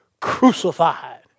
crucified